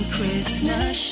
Christmas